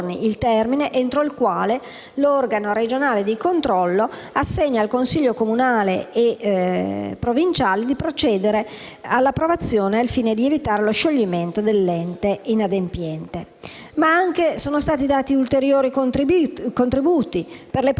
all'approvazione al fine di evitare lo scioglimento dell'ente inadempiente. Sono stati dati anche ulteriori contributi; per le Province e le Città metropolitane delle Regioni a Statuto ordinario, l'articolo 20 prevede un contributo finalizzato all'esercizio delle funzioni fondamentali